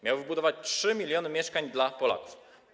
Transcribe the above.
Miał wybudować 3 mln mieszkań dla Polaków.